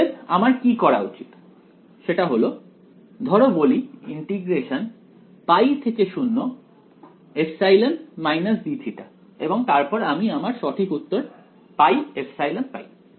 অতএব আমার কি করা উচিত সেটা হল ধরো বলি এবং তারপর আমি আমার সঠিক উত্তর πε পাই